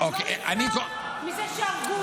הוא לא נפטר מזה שהרגו אותו.